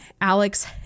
Alex